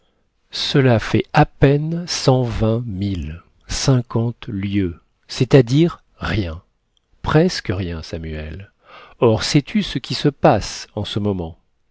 cela fait à peine cent vingt milles c'est-à-dire rien presque rien samuel or sais-tu ce qui se passe en ce moment